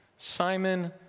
Simon